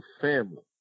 family